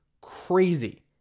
crazy